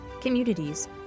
communities